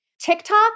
TikTok